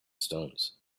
stones